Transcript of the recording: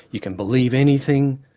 you can believe anything.